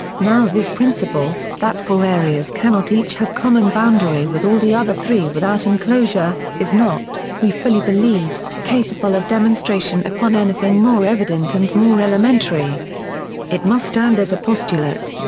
now this principle, that four areas cannot each have common boundary with all the other three without inclosure, is not, we fully believe, capable of demonstration upon anything more evident and more elementary it must stand as a postulate.